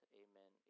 amen